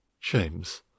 James